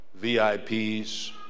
VIPs